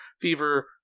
fever